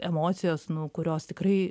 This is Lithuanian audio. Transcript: emocijos nu kurios tikrai